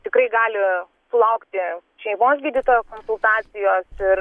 tikrai gali sulaukti šeimos gydytojo konsultacijos ir